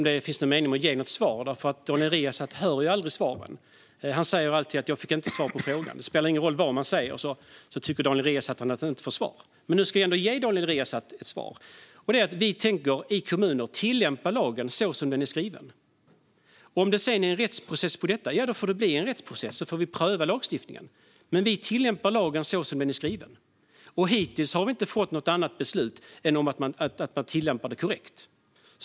Herr talman! Jag vet inte om det är någon mening att ge ett svar. Daniel Riazat hör ju aldrig svaren. Han säger alltid att han inte fick svar på frågan. Det spelar ingen roll vad man säger - Daniel Riazat tycker alltid att han inte får svar. Men nu ska jag ändå ge Daniel Riazat ett svar. Vi tänker i kommunerna tillämpa lagen så som den är skriven. Om det sedan blir en rättsprocess på detta - ja, då får det bli en rättsprocess och lagstiftningen prövas. Men vi tillämpar lagen så som den är skriven. Hittills har vi inte fått något annat beslut än att den tillämpas korrekt.